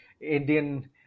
indian